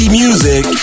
music